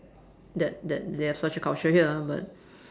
that that they have such a culture here ah but